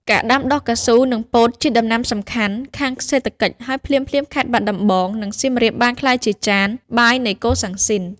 ការ ដាំដុះកៅស៊ូ និងពោតជាដំណាំសំខាន់ខាងសេដ្ឋកិច្ចហើយភ្លាមៗខេត្តបាត់ដំបងនិង សៀមរាបបានក្លាយជាចាន បាយនៃកូសាំងស៊ីន ។